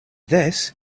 this